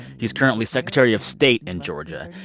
he's currently secretary of state in georgia,